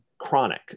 Chronic